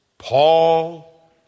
Paul